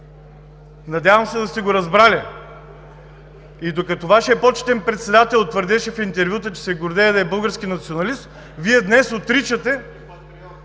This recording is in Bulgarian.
Надявам се, да сте го разбрали. И докато Вашият почетен председател твърдеше в интервюта, че се гордее да е български националист, Вие днес отричате…